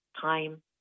time